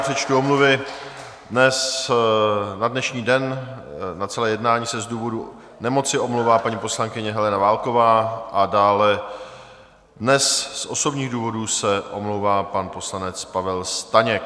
Přečtu omluvy na dnešní den, na celé jednání se z důvodu nemoci omlouvá paní poslankyně Helena Válková a dále dnes z osobních důvodů se omlouvá pan poslanec Pavel Staněk.